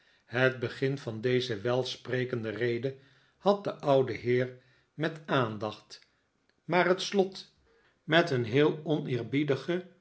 het begin van deze welsprekende rede had de oude heer met aandacht maar het slot met een heel oneerbiedige